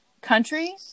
Country